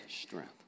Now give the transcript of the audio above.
strength